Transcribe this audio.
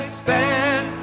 stand